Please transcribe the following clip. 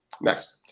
Next